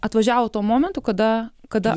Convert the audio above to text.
atvažiavo tuo momentu kada kada